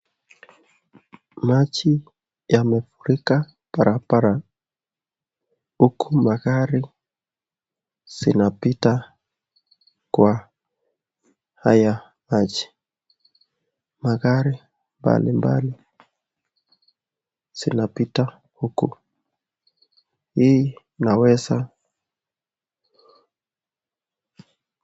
Maji yamefurika barabara huku magari zinapita kwa haya maji, magari mbalimbali zinapita huku, hii inaweza...